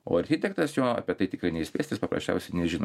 o architektas jo apie tai tikrai neįspės jis paprasčiausiai nežino